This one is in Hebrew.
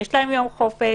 יש להן יום חופש.